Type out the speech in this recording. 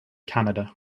canada